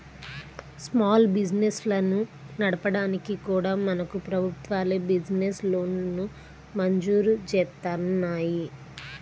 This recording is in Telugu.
స్మాల్ బిజినెస్లను నడపడానికి కూడా మనకు ప్రభుత్వాలే బిజినెస్ లోన్లను మంజూరు జేత్తన్నాయి